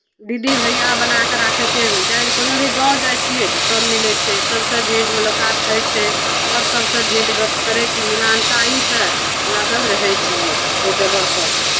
दीदी भैया बना कऽ राखै छियै जाइ कोनो भी गाँव छियै तऽ सभ मिलै छै सभसँ भेट मुलाकात होइ छै तब सभसँ भेँट गप्प करै छियै मिलानताइसँ हमरासभ रहै छियै ओहि जगहपर